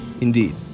Indeed